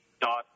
dot